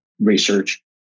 research